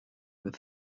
with